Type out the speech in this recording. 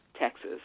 Texas